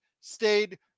stayed